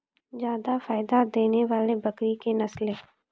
जादा फायदा देने वाले बकरी की नसले?